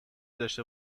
داشته